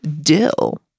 dill